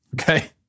okay